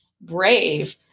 brave